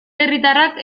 herritarrak